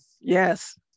Yes